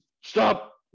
Stop